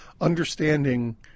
understanding